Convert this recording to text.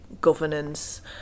governance